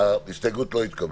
ההסתייגות לא התקבלה.